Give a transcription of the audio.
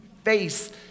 face